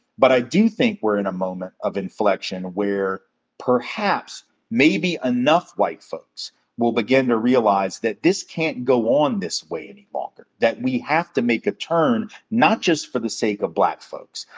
but i do think we're in a moment of inflection, where perhaps maybe enough white folks will begin to realize that this can't go on this way any longer, that we have to make the ah turn, not just for the sake of black folks,